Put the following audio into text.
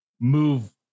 move